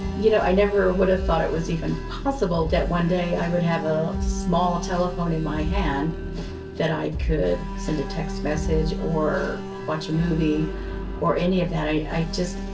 you know, i never would have thought it was even possible that one day i would have a small telephone in my hand that i could send a text message or watch a movie or any of that, i just,